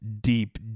deep